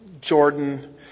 Jordan